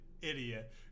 idiot